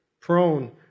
Prone